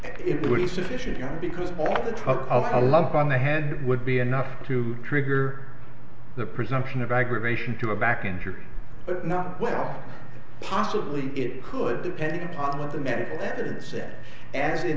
it would be sufficient because all the trouble i love on the head would be enough to trigger the presumption of aggravation to a back injury but not well possibly it could depending upon what the medical evidence said as in